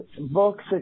books